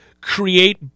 create –